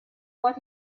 what